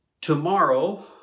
Tomorrow